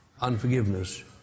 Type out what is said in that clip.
unforgiveness